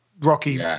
rocky